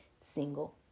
single